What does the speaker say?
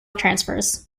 transfers